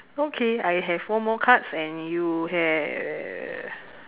okay I have one more cards and you have